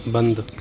बन्द